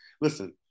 Listen